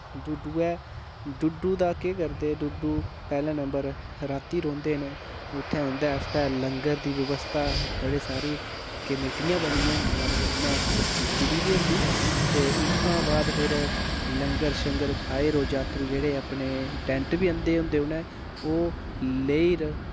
डुडुआ डुडु दा केह् करदे डुडु पेह्लै नम्बर राती रौह्ंदे न उत्थै उंदे आस्तै लंगर दी व्यव्स्था बड़ी सारी कमेटियां बनी दियां होंदियां ते उनै कित्ती दी बी होंदी ते उत्था बाद फिर लंगर शंगर खाईरो जातरू जेह्ड़े ऐ अपने टैंट बी आंदे होंदे उनै ओह् लेईर